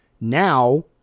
now